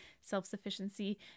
self-sufficiency